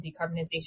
decarbonization